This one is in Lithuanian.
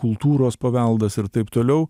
kultūros paveldas ir taip toliau